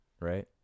right